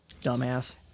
Dumbass